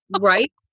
Right